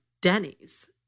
Denny's